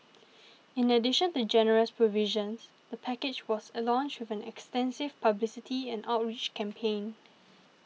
in addition to generous provisions the package was launched with an extensive publicity and outreach campaign